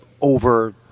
over